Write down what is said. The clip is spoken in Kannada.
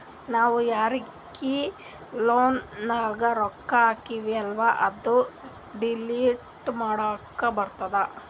ನಾವ್ ಯಾರೀಗಿ ಆನ್ಲೈನ್ನಾಗ್ ರೊಕ್ಕಾ ಹಾಕ್ತಿವೆಲ್ಲಾ ಅದು ಡಿಲೀಟ್ ಮಾಡ್ಲಕ್ ಬರ್ತುದ್